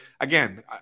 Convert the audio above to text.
again